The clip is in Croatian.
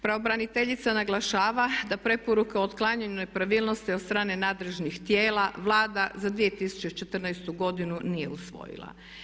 Pravobraniteljica naglašava da preporuke o otklanjanju nepravilnosti od strane nadležnih tijela Vlada za 2014.godinu nije usvojila.